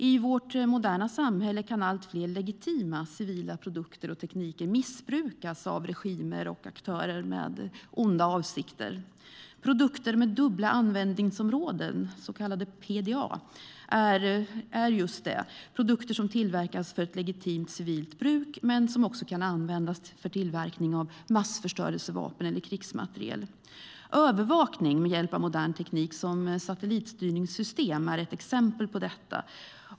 I vårt moderna samhälle kan allt fler legitima civila produkter och tekniker missbrukas av regimer och aktörer med onda avsikter. Produkter med dubbla användningsområden, så kallade PDA, är just detta - produkter som tillverkas för ett legitimt civilt bruk men som också kan användas för tillverkning av massförstörelsevapen eller krigsmateriel. Övervakning med hjälp av modern teknik som satellitstyrningssystem är ett exempel på detta.